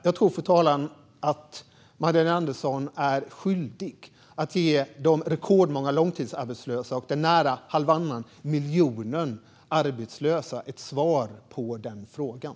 Jag tycker, fru talman, att Magdalena Andersson är skyldig att ge de rekordmånga långtidsarbetslösa och de nästan en halv miljon arbetslösa ett svar på den frågan.